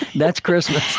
that's christmas